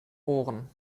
ohren